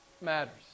matters